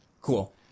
cool